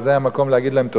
וזה המקום להגיד להם תודה.